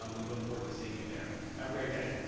um we look forward to seeing you there. have a great day.